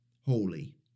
holy